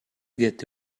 get